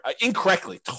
incorrectly